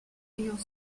ayant